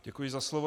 Děkuji za slovo.